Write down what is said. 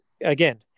again